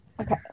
Okay